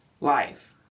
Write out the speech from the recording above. life